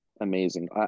amazing